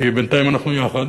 כי בינתיים אנחנו יחד